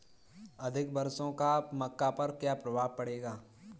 अधिक वर्षा का मक्का पर क्या प्रभाव पड़ेगा?